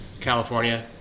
California